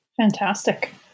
Fantastic